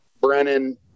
Brennan